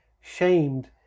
shamed